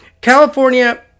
California